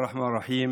לברכה,